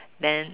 then